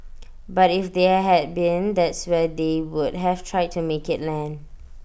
but if they had been that's where they would have tried to make IT land